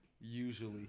usually